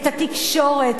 את התקשורת,